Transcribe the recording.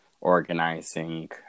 organizing